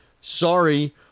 Sorry